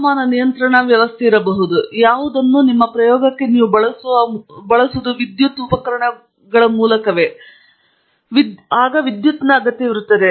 ತಾಪಮಾನ ನಿಯಂತ್ರಣಾ ವ್ಯವಸ್ಥೆ ಅದು ಯಾವುದಾದರೂ ನಿಮ್ಮ ಪ್ರಯೋಗಕ್ಕೆ ನೀವು ಬಳಸುವ ಕೇವಲ ವಿದ್ಯುತ್ ಉಪಕರಣಗಳಿಗೆ ಮಾತ್ರ ವಿದ್ಯುತ್ ಅಗತ್ಯವಿರುತ್ತದೆ